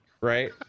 right